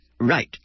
Right